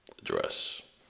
address